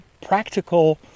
practical